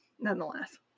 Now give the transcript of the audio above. nonetheless